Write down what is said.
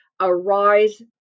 arise